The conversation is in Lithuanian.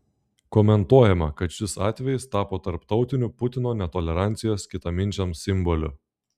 komentuojama kad šis atvejis tapo tarptautiniu putino netolerancijos kitaminčiams simboliu